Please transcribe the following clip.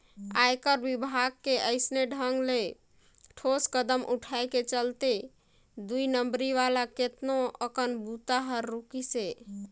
आयकर विभाग के अइसने ढंग ले ठोस कदम उठाय के चलते दुई नंबरी वाला केतनो अकन बूता हर रूकिसे